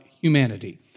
humanity